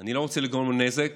אני לא רוצה לגרום לו נזק,